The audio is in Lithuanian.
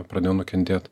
pradėjo nukentėt